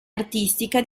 artistica